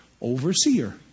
overseer